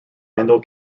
vandal